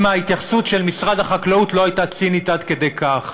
ההתייחסות של משרד החקלאות לא הייתה צינית עד כדי כך.